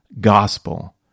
gospel